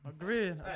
Agreed